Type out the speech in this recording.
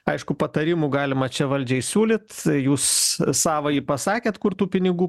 aišku patarimų galima čia valdžiai siūlyt jūs savąjį pasakėt kur tų pinigų